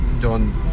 done